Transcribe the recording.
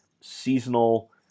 seasonal